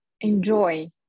enjoy